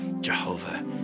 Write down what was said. Jehovah